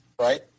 right